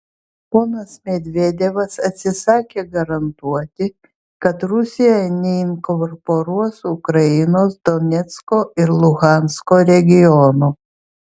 ponas medvedevas atsisakė garantuoti kad rusija neinkorporuos ukrainos donecko ir luhansko regionų